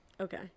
Okay